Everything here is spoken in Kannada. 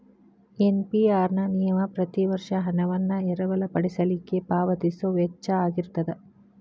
ಎ.ಪಿ.ಆರ್ ನ ನೇವ ಪ್ರತಿ ವರ್ಷ ಹಣವನ್ನ ಎರವಲ ಪಡಿಲಿಕ್ಕೆ ಪಾವತಿಸೊ ವೆಚ್ಚಾಅಗಿರ್ತದ